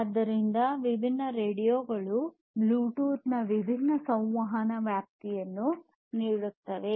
ಆದ್ದರಿಂದ ವಿಭಿನ್ನ ರೇಡಿಯೊಗಳು ಬ್ಲೂಟೂತ್ನ ವಿಭಿನ್ನ ಸಂವಹನ ವ್ಯಾಪ್ತಿಯನ್ನು ನೀಡುತ್ತದೆ